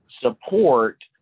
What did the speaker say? support